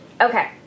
Okay